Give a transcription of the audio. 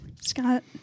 Scott